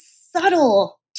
subtle